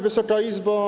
Wysoka Izbo!